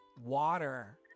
water